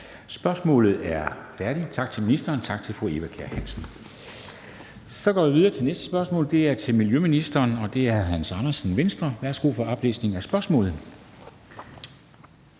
Spørgsmålet er færdigt. Tak til ministeren, og tak til fru Eva Kjer Hansen. Så går vi videre til næste spørgsmål. Det er til miljøministeren, og det er fra hr. Hans Andersen, Venstre. Kl. 13:22 Spm.